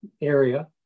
area